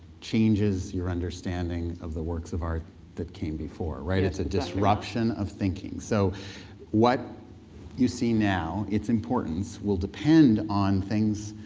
changes in understanding of the works of art that came before, right it's a disruption of thinking. so what you see now, it's importance, will depend on things,